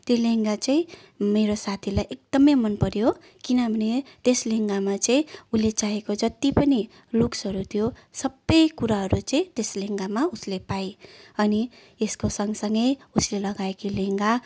त्यो लेहङ्गा चाहिँ मेरो साथीलाई एकदमै मनपर्यो किनभने त्यस लेहङ्गामा चाहिँ उसले चाहेको जति पनि लुक्सहरू थियो सबै कुराहरू चाहिँ त्यस लेहङ्गामा उसले पाए अनि यसको सँगसँगै उसले लगाएको लेहङ्गा